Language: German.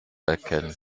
erkennen